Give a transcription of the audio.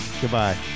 Goodbye